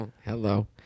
hello